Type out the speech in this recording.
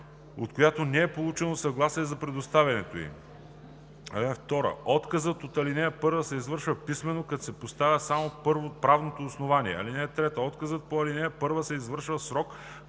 от която не е получено съгласие за предоставянето й. (2) Отказът по ал. 1 се извършва писмено, като се посочва само правното основание. (3) Отказът по ал. 1 се извършва в срок